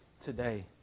today